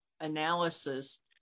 analysis